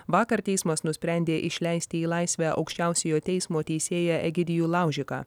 vakar teismas nusprendė išleisti į laisvę aukščiausiojo teismo teisėją egidijų laužiką